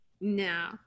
No